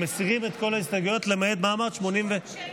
הם מסירים את כל ההסתייגויות למעט ל-45 ו-89.